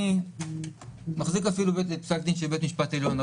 אני מחזיק בידי פסק דין של בית המשפט העליון.